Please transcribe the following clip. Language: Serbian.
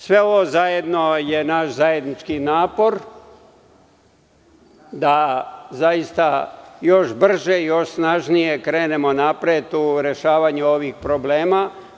Sve ovo zajedno je naš zajednički napor da još brže, još snažnije krenemo napred u rešavanju ovih problema.